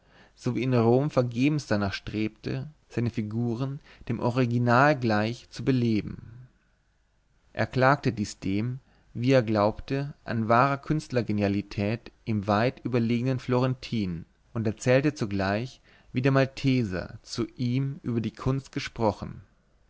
so wie in rom vergebens darnach strebte seine figuren dem original gleich zu beleben er klagte dies dem wie er glaubte an wahrer künstlergenialität ihm weit überlegenen florentin und erzählte zugleich wie der malteser zu ihm über die kunst gesprochen